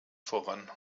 voran